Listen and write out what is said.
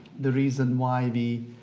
the reason why we,